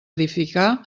edificar